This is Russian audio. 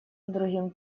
другим